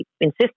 insist